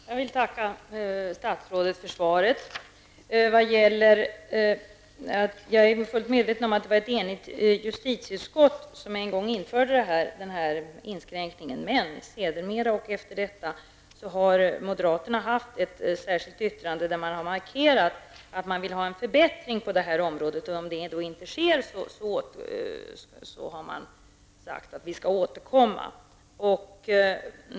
Herr talman! Jag vill tacka statsrådet för svaret. Jag är fullt medveten om att det var ett enigt justitieutskott som införde denna inskränkning. Men sedermera har vi moderater i ett särskilt yttrande markerat att vi önskar en förbättring på området. Om det inte sker har vi sagt att vi kommer att återkomma i frågan.